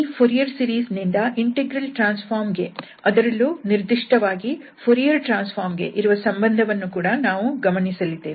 ಈ Fourier series ನಿಂದ integral transform ಗೆ ಅದರಲ್ಲೂ ನಿರ್ದಿಷ್ಟವಾಗಿ ಫೊರಿಯರ್ ಟ್ರಾನ್ಸ್ ಫಾರ್ಮ್ ಗೆ ಇರುವ ಸಂಬಂಧವನ್ನು ಕೂಡ ನಾವು ಗಮನಿಸಲಿದ್ದೇವೆ